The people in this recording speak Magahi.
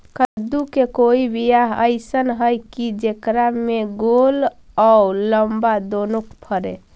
कददु के कोइ बियाह अइसन है कि जेकरा में गोल औ लमबा दोनो फरे?